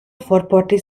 forportis